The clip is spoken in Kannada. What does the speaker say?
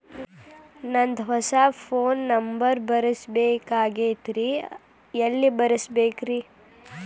ನಂದ ಹೊಸಾ ಫೋನ್ ನಂಬರ್ ಬರಸಬೇಕ್ ಆಗೈತ್ರಿ ಎಲ್ಲೆ ಬರಸ್ಬೇಕ್ರಿ?